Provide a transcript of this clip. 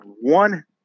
one